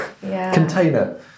container